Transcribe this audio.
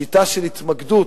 בשיטה של התמקדות